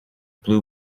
blue